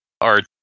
Art